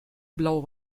blau